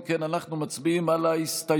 אם כן, אנחנו מצביעים על ההסתייגות.